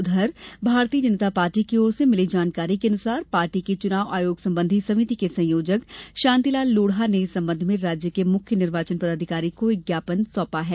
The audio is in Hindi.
उधर भारतीय जनता पार्टी की ओर से मिली जानकारी के अनुसार पार्टी की चुनाव आयोग संबंधी समिति के संयोजक शांतिलाल लोढा ने इस संबंध में राज्य के मुख्य निर्वाचन पदाधिकारी को एक ज्ञापन सौंपा है